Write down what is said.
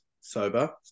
sober